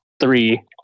three